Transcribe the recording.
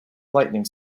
lightening